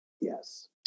Yes